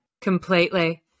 Completely